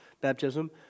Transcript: baptism